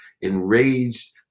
enraged